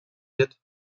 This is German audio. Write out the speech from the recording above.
wird